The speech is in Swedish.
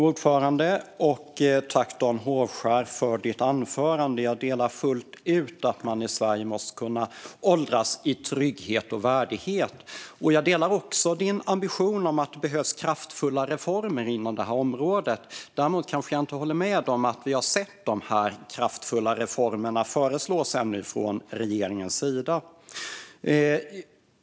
Fru talman! Tack, Dan Hovskär, för ditt anförande! Jag instämmer fullt ut i att man i Sverige måste kunna åldras i trygghet och värdighet. Jag delar också ledamotens ambition om kraftfulla reformer inom det här området. Däremot kanske jag inte håller med om att vi har sett dessa kraftfulla reformer föreslås från regeringens sida.